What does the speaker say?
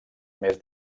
més